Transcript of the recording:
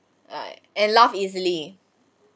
like and laughed easily